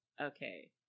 okay